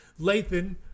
Lathan